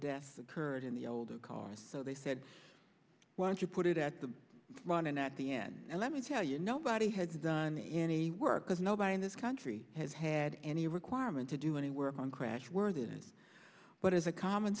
death occurred in the older cars so they said why don't you put it at the run and at the end let me tell you nobody has done any work because nobody in this country has had any requirement to do any work on crashworthiness but is a common